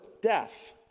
death